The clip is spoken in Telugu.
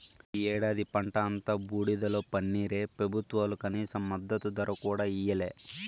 ఈ ఏడాది పంట అంతా బూడిదలో పన్నీరే పెబుత్వాలు కనీస మద్దతు ధర కూడా ఇయ్యలే